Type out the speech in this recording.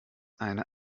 eine